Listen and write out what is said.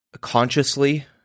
consciously